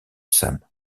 sam